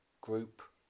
group